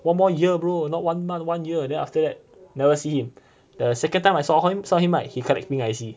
one more year bro not one month one year then after that never see him the second time I saw him saw him right he had his pink I_C